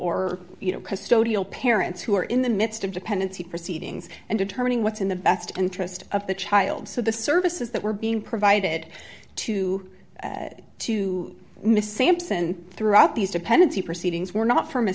or you know custodial parents who are in the midst of dependency proceedings and determining what's in the best interest of the child so the services that were being provided to to miss sampson throughout these dependency proceedings were not from a